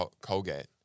Colgate